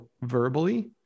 verbally